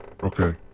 Okay